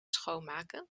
schoonmaken